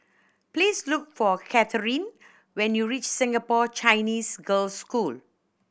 please look for Katherin when you reach Singapore Chinese Girls' School